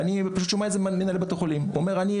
אני שומע את זה ממנהלי בתי החולים שאומרים שהם